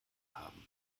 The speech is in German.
haben